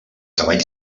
cavall